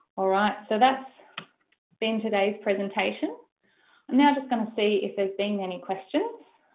alright so that's been today's presentation i'm now just going to see if there's being any questions.